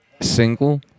single